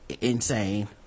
insane